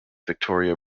victoria